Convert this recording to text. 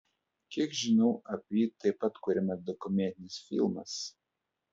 kiek žinau apie jį taip pat kuriamas dokumentinis filmas